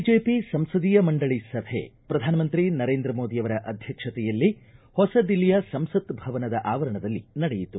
BJP ಸಂಸದೀಯ ಮಂಡಳಿ ಸಭೆ ಶ್ರಧಾನಮಂತ್ರಿ ನರೇಂದ್ರ ಮೋದಿ ಅವರ ಅಧ್ಯಕ್ಷತೆಯಲ್ಲಿ ಹೊಸ ದಿಲ್ಲಿಯ ಸಂಸತ್ ಭವನದ ಆವರಣದಲ್ಲಿ ನಡೆಯಿತು